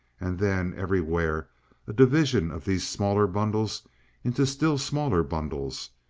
and then everywhere a division of these smaller bundles into still smaller bundles,